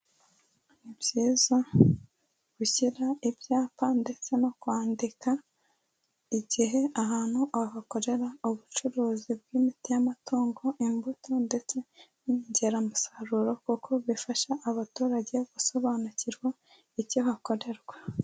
Ni byiza gushyira ibyapa, ndetse no kwandika, igihe ahantu hakorera ubucuruzi bw'imiti y'amatungo, imbuto, ndetse n'inyongeramusaruro, kuko bifasha abaturage gusobanukirwa icyo hakorerwa.